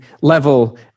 level